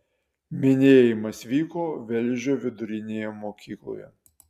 minėjimas vyko velžio vidurinėje mokykloje